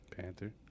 Panther